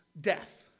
death